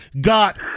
got